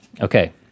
Okay